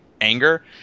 anger